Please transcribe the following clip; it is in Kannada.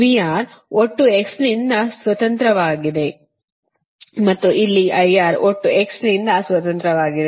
VR VR ಒಟ್ಟು x ನಿಂದ ಸ್ವತಂತ್ರವಾಗಿದೆ ಮತ್ತು ಇಲ್ಲಿ IR ಒಟ್ಟು x ನಿಂದ ಸ್ವತಂತ್ರವಾಗಿದೆ